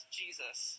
jesus